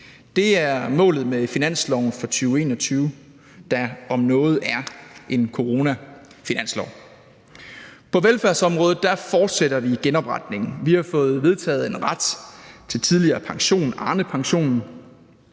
Det er målet med finansloven for 2021, der om noget er en coronafinanslov. På velfærdsområdet fortsætter vi genopretningen. Vi har fået vedtaget en ret til tidligere pension, Arnepensionen,